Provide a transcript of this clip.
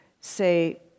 say